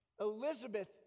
Elizabeth